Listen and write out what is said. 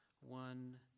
one